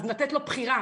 אז לתת לו בחירה,